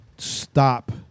Stop